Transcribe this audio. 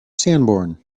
sanborn